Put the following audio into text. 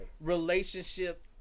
relationship